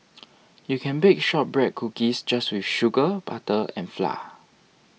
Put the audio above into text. you can bake Shortbread Cookies just with sugar butter and flour